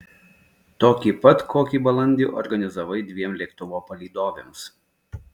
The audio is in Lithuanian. tokį pat kokį balandį organizavai dviem lėktuvo palydovėms